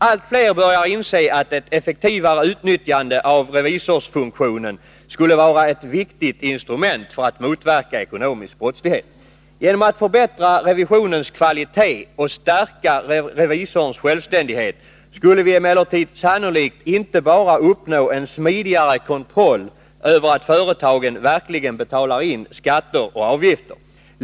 Allt fler börjar inse att ett effektivare utnyttjande av revisorsfunktionen skulle vara ett viktigt instrument för att motverka ekonomisk brottslighet. Genom att förbättra revisionens kvalitet och stärka revisorns självständighet skulle vi emellertid sannolikt inte bara uppnå en smidigare kontroll av att företagen verkligen betalar in skatter och avgifter.